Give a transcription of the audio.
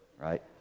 right